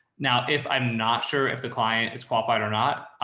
now, if i'm not sure if the client is qualified or not,